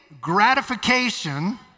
gratification